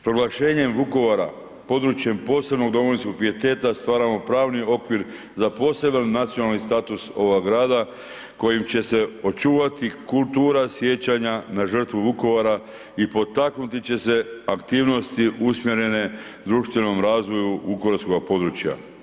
Proglašenjem Vukovara područjem posebnog domovinskog pijeteta stvaramo pravni okvir za poseban nacionalni status ovog grada kojim će se očuvati kultura sjećanja na žrtvu Vukovara i potaknuti će se aktivnosti usmjerene društvenom razvoju vukovarskoga područja.